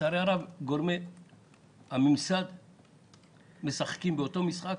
לצערי הרב, גורמי הממסד משחקים באותו משחק